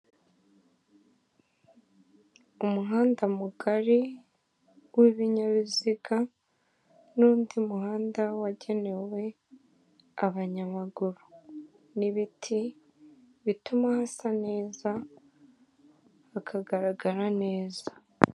Umuhanda mugari w'ibinyabiziga n'undi muhanda wagenewe abanyamaguru n'ibiti bituma hasa neza hakagaragara neza.